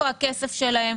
היכן הכסף שלהם?